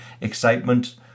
excitement